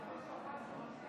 חברי הכנסת,